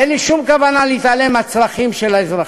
אין לי שום כוונה להתעלם מהצרכים של האזרחים,